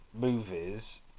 movies